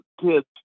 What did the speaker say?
kids